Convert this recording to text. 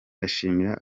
ndashimira